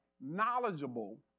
knowledgeable